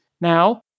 now